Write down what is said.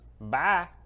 Bye